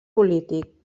polític